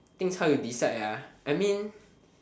thing is how you decide ah I mean